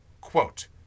Quote